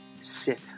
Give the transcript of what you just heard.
sit